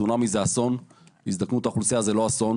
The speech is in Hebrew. צונאמי זה אסון והזדקנות האוכלוסייה היא לא אסון.